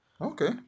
Okay